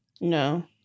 No